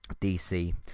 dc